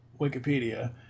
Wikipedia